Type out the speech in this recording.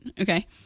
okay